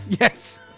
Yes